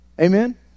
Amen